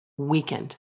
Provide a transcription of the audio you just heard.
Weakened